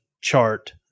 chart